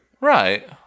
Right